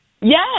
Yes